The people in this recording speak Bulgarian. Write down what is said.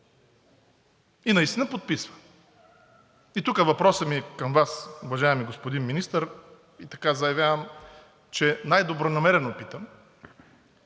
И настина подписва. Тук въпросът ми към Вас, уважаеми господин Министър, и заявявам, че най-добронамерено питам: